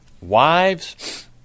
Wives